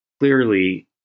Clearly